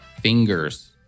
fingers